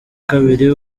kabiri